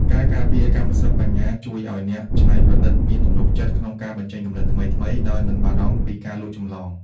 ការការពារកម្មសិទ្ធិបញ្ញាជួយឱ្យអ្នកច្នៃប្រឌិតមានទំនុកចិត្តក្នុងការបញ្ចេញគំនិតថ្មីៗដោយមិនបារម្ភពីការលួចចម្លង។